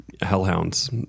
hellhounds